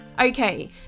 Okay